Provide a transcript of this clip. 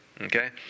okay